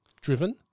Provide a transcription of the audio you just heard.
driven